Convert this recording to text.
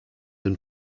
and